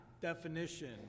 definition